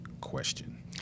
question